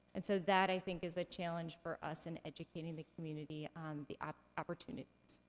and so that, i think, is the challenge for us in educating the community on the opportunities.